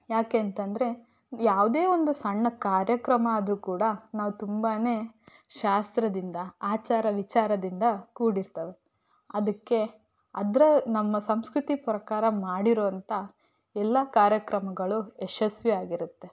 ಯಾಕೆ ಅಂತಂದರೆ ಯಾವುದೇ ಒಂದು ಸಣ್ಣ ಕಾರ್ಯಕ್ರಮ ಆದರೂ ಕೂಡ ನಾವು ತುಂಬಾ ಶಾಸ್ತ್ರದಿಂದ ಆಚಾರ ವಿಚಾರದಿಂದ ಕೂಡಿರ್ತವೆ ಅದಕ್ಕೆ ಅದರ ನಮ್ಮ ಸಂಸ್ಕ್ರತಿ ಪ್ರಕಾರ ಮಾಡಿರೋಂಥ ಎಲ್ಲ ಕಾರ್ಯಕ್ರಮಗಳು ಯಶಸ್ವಿಯಾಗಿರತ್ತೆ